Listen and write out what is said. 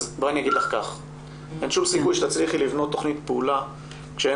אין שום סיכוי שתצליחי לבנות תכנית פעולה כשאין